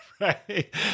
Right